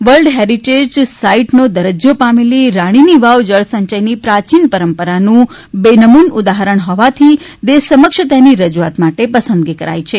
world heritage સાઇટનો દરજ્જો પામેલી રાણીની વાવ જળ સંચયની પ્રાચીન પરંપરાનું બેનમૂન ઉદાહરણ હોવાથી દેશ સમક્ષ તેની રજૂઆત માટે પસંદગી કરાઇ છે